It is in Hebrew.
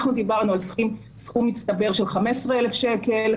אנחנו דיברנו על סכום מצטבר של 15,000 ₪.